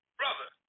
brother